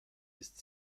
ist